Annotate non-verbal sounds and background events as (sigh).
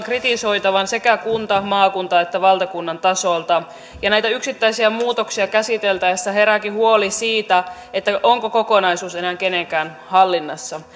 (unintelligible) kritisoitavan sekä kunta maakunta että valtakunnan tasolta ja näitä yksittäisiä muutoksia käsiteltäessä herääkin huoli siitä onko kokonaisuus enää kenenkään hallinnassa (unintelligible)